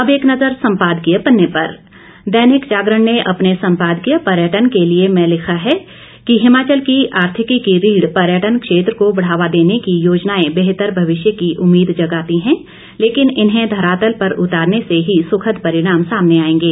अब एक नज़र सम्पादकीय पन्ने पर दैनिक जागरण ने अपने सम्पादकीय पर्यटन के लिये में लिखा है कि हिमाचल की आर्थिकी की रीढ़ पर्यटन क्षेत्र को बढ़ावा देने की योजनाएं बेहतर भविष्य की उम्मीद जगाती है लेकिन इन्हें धरातल पर उतारने से ही सुखद परिणाम सामने आएंगे